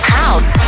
house